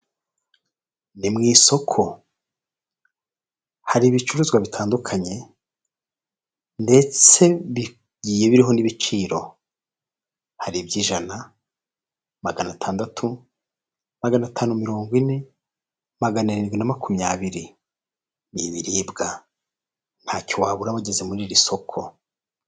Ni mu isoko hari ibicuruzwa bitandukanye ndetse bigiye biriho n'ibiciro, hari iby'ijana, magana atandatu, magana atanu mirongo ine, magana arindwi na makumyabiri, ni ibiribwa ntacyo wabura wageze muri iri soko.